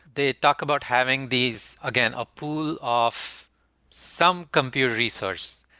they talk about having these, again, a pool off some compute resource.